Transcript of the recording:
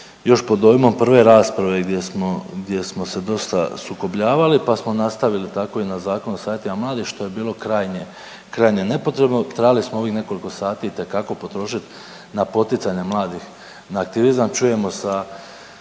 još pod dojmom prve rasprave gdje smo se dosta sukobljavali, pa smo nastavili tako i na Zakonu o savjetima mladih što je bilo krajnje nepotrebno. Trebali smo ovih nekoliko sati itekako potrošiti na poticanje mladih na aktivizam. Čujemo sa